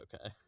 okay